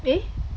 eh